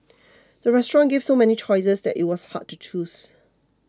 the restaurant gave so many choices that it was hard to choose